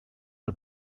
are